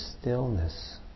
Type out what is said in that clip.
stillness